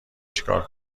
چیکار